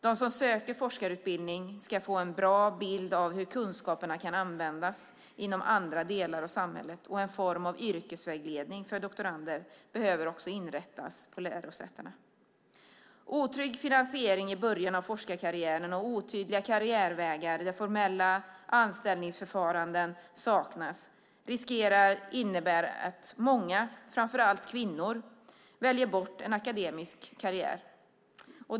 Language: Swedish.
De som söker forskarutbildning ska få en bra bild av hur kunskaperna kan användas inom andra delar av samhället, och en form av yrkesvägledning för doktorander behöver också inrättas på lärosätena. Otrygg finansiering i början av forskarkarriären och otydliga karriärvägar där formella anställningsförfaranden saknas riskerar att innebära att många, framför allt kvinnor, väljer bort en akademisk karriär.